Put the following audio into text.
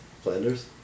Flanders